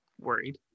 worried